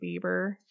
Bieber